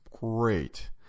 great